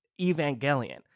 Evangelion